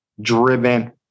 driven